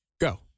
go